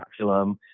baculum